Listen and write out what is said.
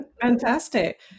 Fantastic